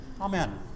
Amen